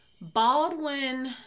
Baldwin